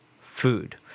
food